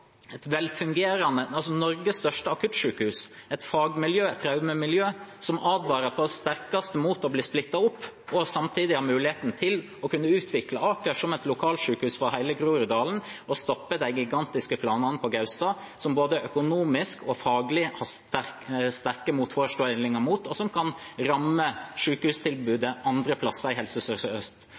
et fagmiljø – traumemiljøet – som advarer på det sterkeste mot å bli splittet opp, og samtidig om muligheten til å kunne utvikle Aker som et lokalsykehus for hele Groruddalen og stoppe de gigantiske planene på Gaustad, som en både økonomisk og faglig har sterke motforestillinger mot, og som kan ramme sykehustilbudet andre steder i Helse